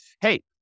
hey